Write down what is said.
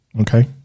Okay